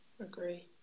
agree